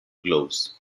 gloves